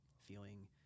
feeling